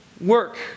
work